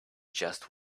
just